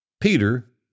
Peter